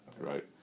Right